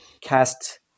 cast